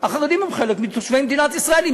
החרדים הם חלק מתושבי מדינת ישראל,